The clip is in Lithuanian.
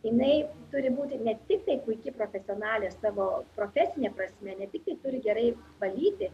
jinai turi būti ne tiktai puiki profesionalė savo profesine prasme ne tik ji turi gerai valyti